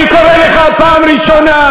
אני קורא אותך לסדר פעם ראשונה.